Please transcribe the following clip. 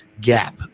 gap